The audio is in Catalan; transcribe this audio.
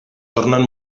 tornen